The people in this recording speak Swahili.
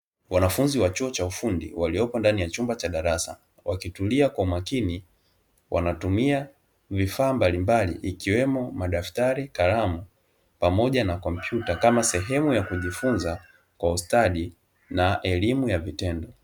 Wanafunzi wa chuo cha ufundi waliopo ndani ya chumba cha darasa, wakitulia kwa umakini wanatumia vifaa mbalimbali ikiwemo: madaftari, kalamu, pamoja na kompyuta, kama sehemu ya kujifunza kwa ustadi na elimu ya vitendo.